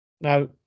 Now